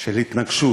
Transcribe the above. של התנגשות